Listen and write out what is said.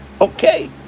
okay